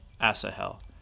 Asahel